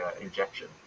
injection